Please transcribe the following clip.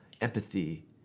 empathy